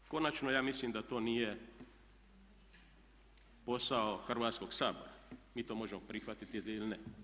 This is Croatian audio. Konačno, ja mislim da to nije posao Hrvatskog sabora, mi to možemo prihvatit ili ne.